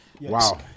Wow